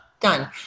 Done